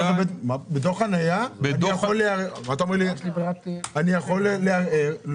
בדוח חנייה אני יכול לערער.